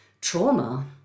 trauma